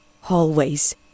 hallways